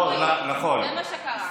זה מה שקרה.